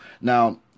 Now